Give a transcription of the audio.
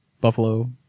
Buffalo